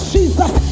Jesus